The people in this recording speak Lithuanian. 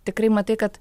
tikrai matai kad